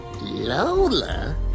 Lola